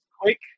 quick